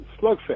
slugfest